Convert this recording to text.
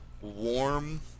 warm